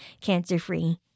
cancer-free